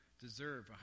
deserve